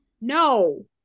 No